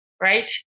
right